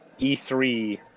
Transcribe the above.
e3